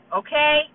okay